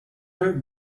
have